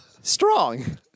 Strong